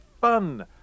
fun